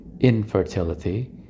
infertility